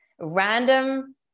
Random